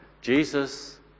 Jesus